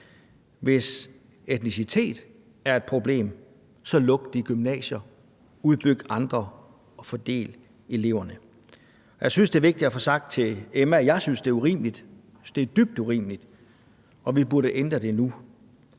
Hvis etnicitet er et problem, så luk de gymnasier, udbyg andre, og fordel eleverne. Jeg synes, det er vigtigt at få sagt til Emma, at jeg synes, det er dybt urimeligt, og at vi burde ændre det nu.